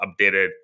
updated